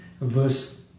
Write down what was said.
verse